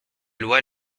lois